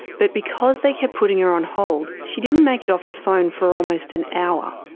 but because they kept putting her on hold she didn't make it off the phone for almost an hour.